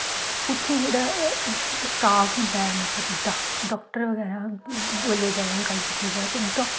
उत्थें जेह्ड़ा स्टॉफ होंदा ऐ मतलब डॉक्टर डॉक्टरें बगैरा गल्ल कीती जाए ते डॉक्टर